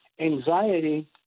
anxiety